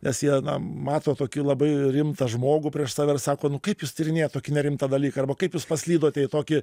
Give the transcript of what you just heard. nes jie mato tokį labai rimtą žmogų prieš save ir sako nu kaip jūs tyrinėjat tokį nerimtą dalyką arba kaip jūs paslydote į tokį